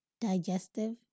digestive